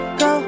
go